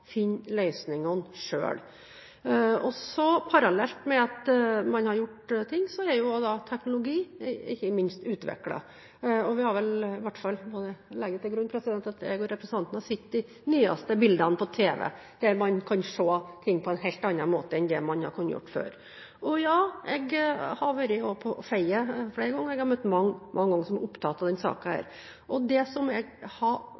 finne løsningene selv. Parallelt med at man har gjort ting, er ikke minst teknologi også utviklet. Vi har vel – i hvert fall legger jeg til grunn at jeg og representanten har det – sett de nyeste bildene på tv, der man kan se ting på en helt annen måte enn det man har kunnet gjort før. Jeg har også vært på Fedje flere ganger, jeg har truffet mange som er opptatt av denne saken. Det jeg har